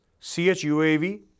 CHUAV